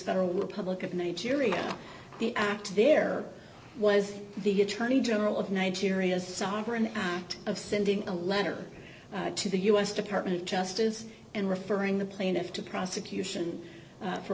federal republic of nigeria the act there was the attorney general of nigeria sovereign act of sending a letter to the u s department of justice and referring the plaintiff to prosecution